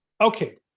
Okay